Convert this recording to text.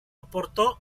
aportó